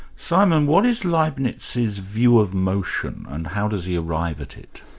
simon, what is leibnitz's view of motion and how does he arrive at it?